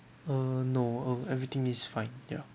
uh no uh everything is fine ya